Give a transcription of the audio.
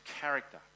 character